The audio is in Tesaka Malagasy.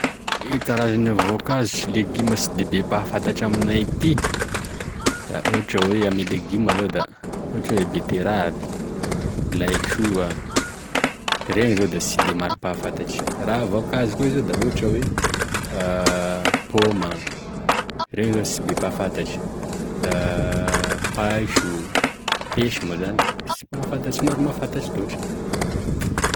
E karazan'e voakazo sy legimo sy de be mpahafantatry aminay aty, da ohatra zao ame legimo zao da beteravy, laisoa, iregny zao sy be mpahafantatry aminay aty, raha voakazo koa zao da ohatra hoe poma ireny zao sy be mpahafantatry, da paiso, peso moa zany, sy be mpahafantatry sy maro mahafantatry loatry.